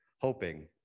hoping